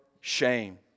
shame